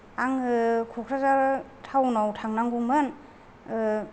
आङो क'क्राझार थाउनाव थांनांगौमोन